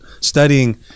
studying